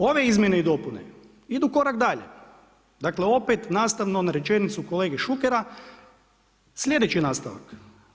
Ove izmjene i dopune idu korak dalje, dakle opet nastavno na rečenicu kolege Šukera sljedeći nastavak.